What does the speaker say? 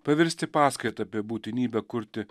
paversti paskaitą apie būtinybę kurti